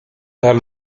per